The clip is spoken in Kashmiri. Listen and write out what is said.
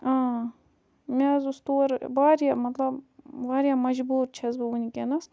مےٚ حظ اوس تورٕ واریاہ مطلب واریاہ مَجبوٗر چھَس بہٕ وٕنۍکٮ۪نَس